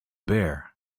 bare